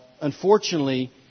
Unfortunately